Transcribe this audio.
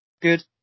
Good